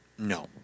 No